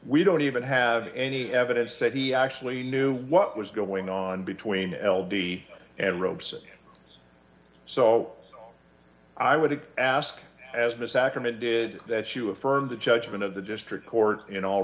we don't even have any evidence that he actually knew what was going on between l d and ropes so i would ask as the sacrament did that shoe affirmed the judgment of the district court in all